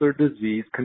disease